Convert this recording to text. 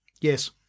Yes